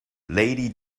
lady